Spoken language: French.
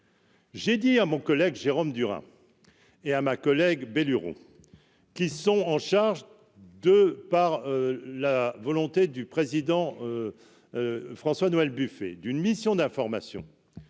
J'ai dit à mon collègue Jérôme Durain et à ma collègue bé lurons qui sont en charge de par la volonté du président François Noël Buffet d'une mission d'information